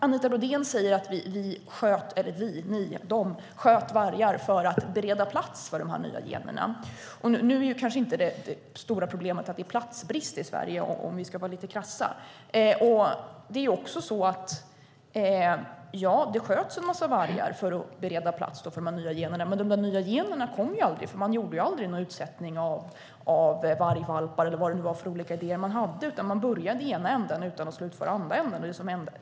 Anita Brodén säger att man sköt vargar för att bereda plats för de nya generna. Om vi ska vara lite krassa är kanske inte det stora problemet att det är platsbrist i Sverige. Man sköt en massa vargar för att bereda plats för de nya generna. Men de där nya generna kom ju aldrig, för man gjorde aldrig någon utsättning av vargvalpar eller vad det nu var för olika idéer man hade, utan man började i den ena änden utan att slutföra den andra.